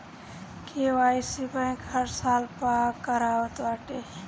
KYC bank हर साल पअ करावत बाटे